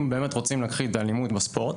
אם רוצים להכחיד את האלימות בספורט,